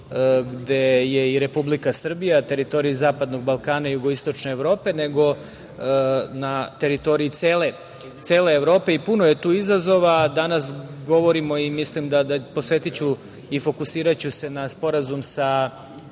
gde je i Republika Srbija, teritoriji Zapadnog Balkana jugoistočne Evrope, nego na teritoriji cele Evropi i puno je tu izazova. Danas govorimo, posvetiću i fokusiraću se na Sporazum sa